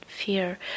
fear